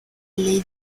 ley